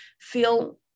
feel